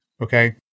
okay